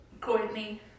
Courtney